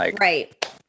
Right